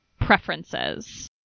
preferences